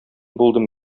булдым